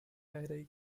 headache